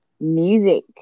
Music